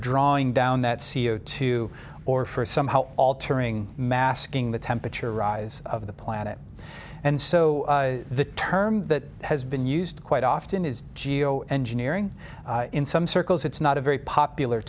drawing down that c o two or for somehow altering masking the temperature rise of the planet and so the term that has been used quite often is geo engineering in some circles it's not a very popular